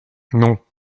non